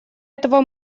этого